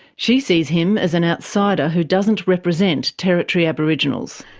she sees him as an outsider who doesn't represent territory aboriginals.